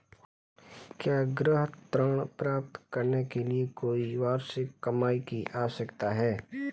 क्या गृह ऋण प्राप्त करने के लिए कोई वार्षिक कमाई की आवश्यकता है?